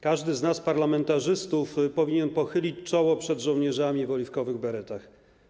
Każdy z nas, parlamentarzystów, powinien pochylić czoło przed żołnierzami w oliwkowych beretach.